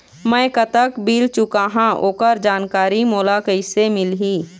मैं कतक बिल चुकाहां ओकर जानकारी मोला कइसे मिलही?